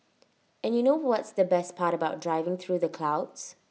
and you know what's the best part about driving through the clouds